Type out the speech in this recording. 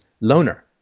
loner